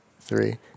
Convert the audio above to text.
three